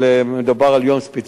אבל מדובר על יום ספציפי,